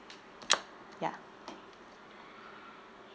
ya